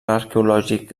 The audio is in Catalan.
arqueològic